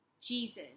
Jesus